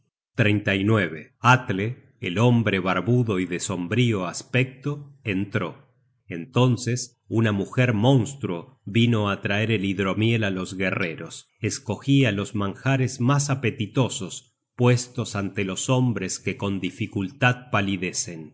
en la sala atle el hombre barbudo y de sombrío aspecto entró entonces una mujer monstruo vino á traer el hidromiel á los guerreros escogia los manjares mas apetitosos puestos ante los hombres que con dificultad palidecen y